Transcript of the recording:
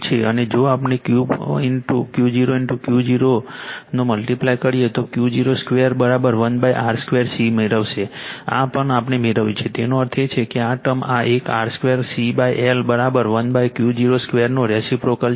અને જો આપણે Q0 Q0 નો મલ્ટીપ્લાય કરીએ તો Q0 21R 2 C મળશે આ પણ આપણે મેળવ્યું છે તેનો અર્થ એ છે કે આ ટર્મ આ એક R 2 CL1Q0 2 નો રેસિપ્રોકલ છે